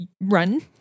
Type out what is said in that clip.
run